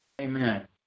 amen